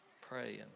praying